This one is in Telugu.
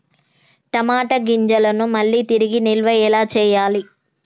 టమాట గింజలను మళ్ళీ తిరిగి నిల్వ ఎలా చేయాలి?